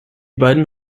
beiden